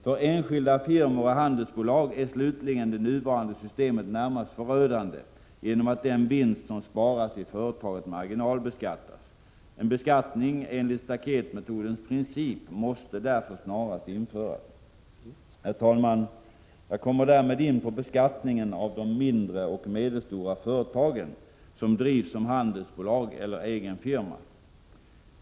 För enskilda firmor och handelsbolag är slutligen det nuvarande systemet närmast förödande genom att den vinst som sparas i företaget marginalbeskattas. En beskattning enligt staketmetodens princip måste därför snarast införas. Herr talman! Jag kommer därmed in på beskattningen av mindre och medelstora företag som drivs som handelsbolag eller egen firma.